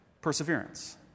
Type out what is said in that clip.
perseverance